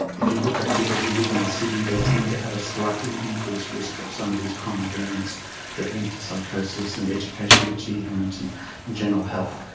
if you look at people who live in the city, they tend to have a slightly increased risk of some of these common variants that a link to psychosis, and educational achievement and general health.